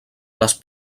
les